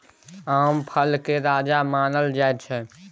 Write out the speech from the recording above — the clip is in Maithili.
आम फलक राजा मानल जाइ छै